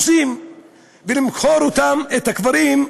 ולמכור אותם, את הקברים,